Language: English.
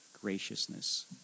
graciousness